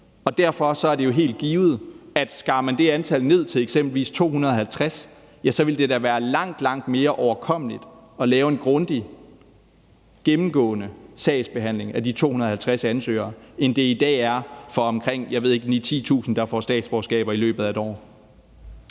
Derfor er det jo helt givet, at skar man det antal ned til eksempelvis 250, ville det da være langt, langt mere overkommeligt at lave en grundig og indgående sagsbehandling af de 250 ansøgere, end det i dag er for de omkring 9.000-10.000, tror jeg det er, der får statsborgerskab i løbet af et år.